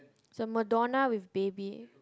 the Madonna with baby